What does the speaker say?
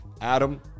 Adam